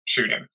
shooting